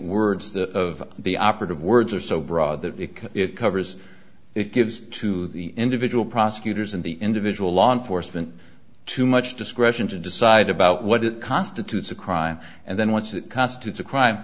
words that of the operative words are so broad that it covers it gives to the individual prosecutors and the individual law enforcement too much discretion to decide about what constitutes a crime and then once that cost it's a crime